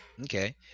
Okay